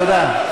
תודה.